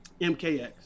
MKX